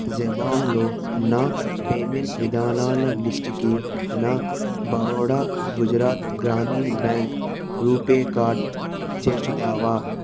జబాంగ్లో నా పేమెంట్ విధానాల లిస్టుకి నా బరోడా గుజరాత్ గ్రామీణ బ్యాంక్ రూపే కార్డు చేర్చుతావా